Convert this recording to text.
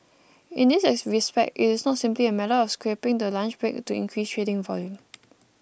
in this respect it is not simply a matter of scrapping the lunch break to increase trading volume